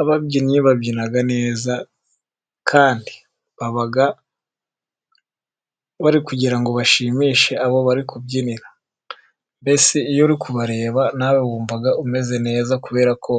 Ababyinnyi babyina neza, kandi baba bari kugira ngo bashimishe abo bari kubyinira. Mbese iyo uri kubareba nawe wumva umeze neza, kubera ko